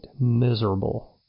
miserable